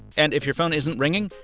and if your phone isn't ringing,